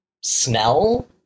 smell